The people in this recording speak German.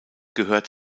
gehört